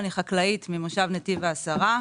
אני חקלאית ממושב נתיב העשרה.